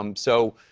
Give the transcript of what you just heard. um so,